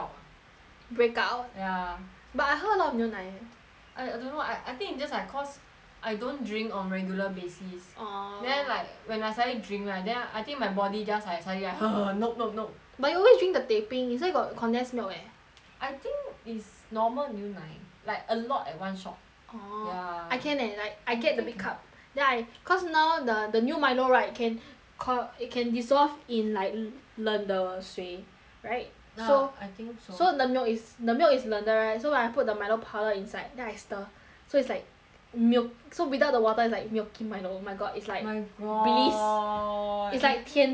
break out ya but I 喝 a lot of 牛奶 leh I I don't know I I think it's just like cause I don't drink on regular basis orh then like when I suddenly drink right then I think my body just like suddenly like nope nope nope but you always drink the teh 冰 inside got condensed milk eh I think is normal 牛奶 like a lot at one shot orh ya I can leh like I get the big cup then I cause now the the new milo right you can cal~ it can dissolve in like 冷的水 right so ya I think so the milk is the milk is 冷的 right so when I put the milo powder inside then I stir so it's like milk so without the water is like milky milo mine oh my god it's like bliss it's like 天堂 I tell you